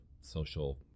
social